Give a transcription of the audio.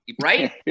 right